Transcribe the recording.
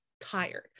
tired